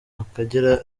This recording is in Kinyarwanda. akagera